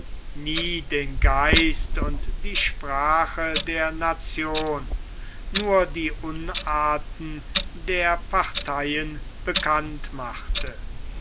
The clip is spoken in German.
nie den geist und die sprache der nation nur die unarten der parteien bekannt machte